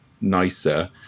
nicer